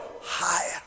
Higher